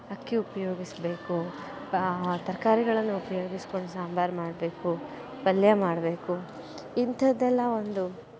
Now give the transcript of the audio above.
ಅಕ್ಕಿ ಉಪಯೋಗಿಸ್ಬೇಕು ತರಕಾರಿಗಳನ್ನ ಉಪಯೋಗಿಸ್ಕೊಂಡು ಸಾಂಬಾರ್ ಮಾಡಬೇಕು ಪಲ್ಯ ಮಾಡಬೇಕು ಇಂಥದ್ದೆಲ್ಲ ಒಂದು